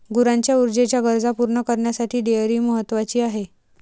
गुरांच्या ऊर्जेच्या गरजा पूर्ण करण्यासाठी डेअरी महत्वाची आहे